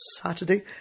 Saturday